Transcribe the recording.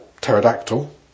pterodactyl